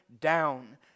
down